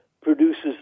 produces